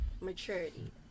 maturity